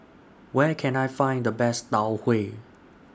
Where Can I Find The Best Tau Huay